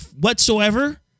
whatsoever